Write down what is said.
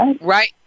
right